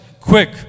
quick